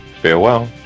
Farewell